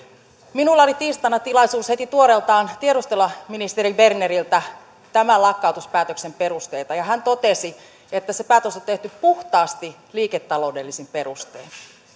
minulla oli tiistaina tilaisuus heti tuoreeltaan tiedustella ministeri berneriltä tämän lakkautuspäätöksen perusteita ja hän totesi että se päätös on tehty puhtaasti liiketaloudellisin perustein